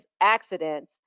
accidents